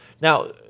Now